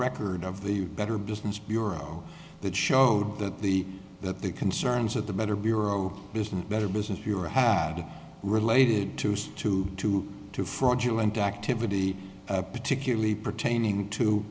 record of the better business bureau that showed that the that the concerns of the better bureau business better business bureau related to say two to two fraudulent activity particularly pertaining to